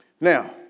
Now